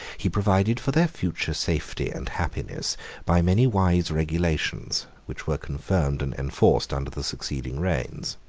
he provided for their future safety and happiness by many wise regulations, which were confirmed and enforced under the succeeding reigns.